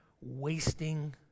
wasting